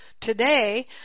today